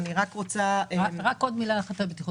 אני לא יודע למה תמיד מתחילים ברכבות,